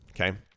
Okay